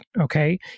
okay